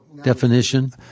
definition